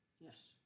Yes